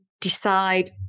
decide